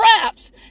traps